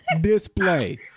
display